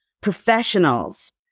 professionals